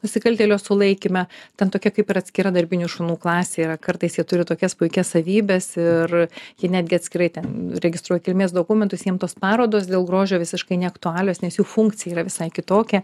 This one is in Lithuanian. nusikaltėlio sulaikyme ten tokia kaip ir atskira darbinių šunų klasė yra kartais jie turi tokias puikias savybes ir jie netgi atskirai ten registruoti kilmės dokumentus jiem tos parodos dėl grožio visiškai neaktualios nes jų funkcija yra visai kitokia